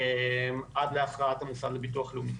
עד להכרעת המוסד לביטוח לאומי.